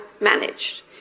managed